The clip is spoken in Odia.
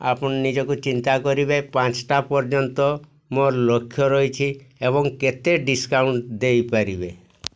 ଆପଣ ନିଜକୁ ଚିନ୍ତା କରିବେ ପାଞ୍ଚଟା ପର୍ଯ୍ୟନ୍ତ ମୋର ଲକ୍ଷ୍ୟ ରହିଛି ଏବଂ କେତେ ଡିସ୍କାଉଣ୍ଟ୍ ଦେଇପାରିବେ